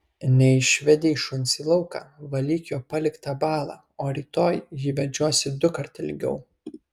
neišvedei šuns į lauką valyk jo paliktą balą o rytoj jį vedžiosi dukart ilgiau